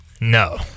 No